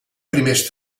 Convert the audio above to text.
primers